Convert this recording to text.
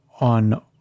on